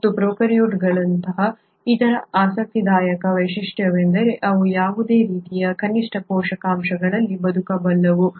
ಮತ್ತು ಪ್ರೊಕಾರ್ಯೋಟ್ಗಳ ಇತರ ಅತ್ಯಂತ ಆಸಕ್ತಿದಾಯಕ ವೈಶಿಷ್ಟ್ಯವೆಂದರೆ ಅವು ಯಾವುದೇ ರೀತಿಯ ಕನಿಷ್ಠ ಪೋಷಕಾಂಶಗಳಲ್ಲಿ ಬದುಕಬಲ್ಲವು